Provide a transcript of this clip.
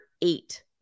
eight